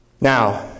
Now